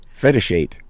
Fetishate